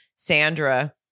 Sandra